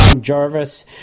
Jarvis